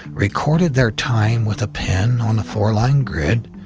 recorded their time with a pen on a four-line grid,